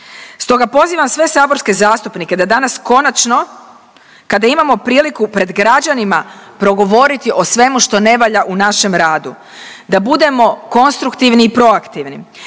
Stoga pozivam sve saborske zastupnike da danas konačno kada imamo priliku pred građanima progovoriti o svemu što ne valja u našem radu, da budemo konstruktivni i proaktivni,